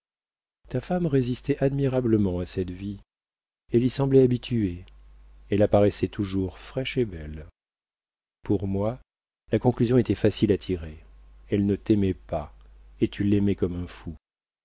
ta femme résistait admirablement à cette vie elle y semblait habituée elle apparaissait toujours fraîche et belle pour moi la conclusion était facile à tirer elle ne t'aimait pas et tu l'aimais comme un fou